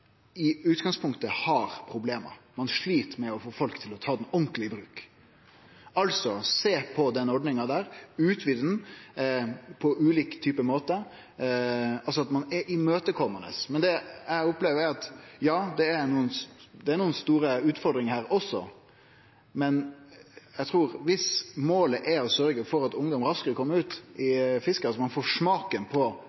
i utgangspunktet problem; ein slit med å få folk til å ta ho ordentleg i bruk. Ein bør sjå på den ordninga, utvide ho på ulike måtar – altså vere imøtekomande. Ja, det er nokre store utfordringar her også, men eg trur at om målet er å sørgje for at ungdom raskare kjem ut i